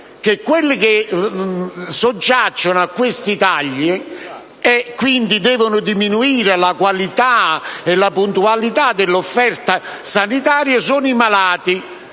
quelli che soggiacciono a questi tagli, e quindi vedono diminuire la qualità e la puntualità dell'offerta sanitaria, sono i malati,